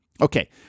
Okay